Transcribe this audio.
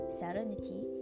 serenity